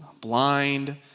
blind